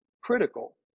critical